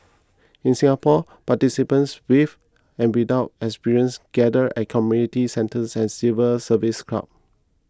in Singapore participants with and without experience gathered at community centres and civil service club